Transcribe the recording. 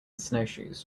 snowshoes